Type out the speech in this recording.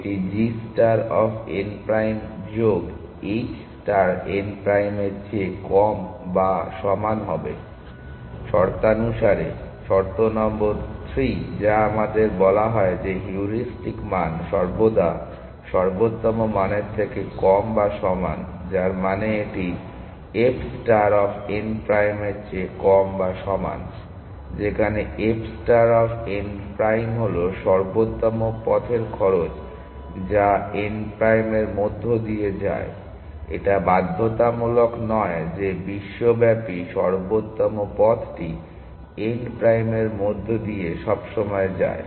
এটি g star of n prime যোগ h star n prime এর চেয়ে কম বা সমান হবে শর্তানুসারে শর্ত নম্বর 3 যা আমাদের বলা হয় যে হিউরিস্টিক মান সর্বদা সর্বোত্তম মানের থেকে কম বা সমান যার মানে এটি f ষ্টার অফ n প্রাইমের চেয়ে কম বা সমান যেখানে f star of n prime হল সর্বোত্তম পথের খরচ যা n প্রাইমের মধ্য দিয়ে যায় এটা বাধ্যতামূলক নয় যে বিশ্বব্যাপী সর্বোত্তম পথটি n প্রাইমের মধ্য দিয়ে সবসময় যায়